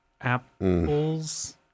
apples